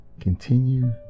continue